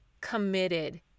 committed